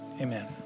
amen